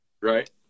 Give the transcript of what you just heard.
right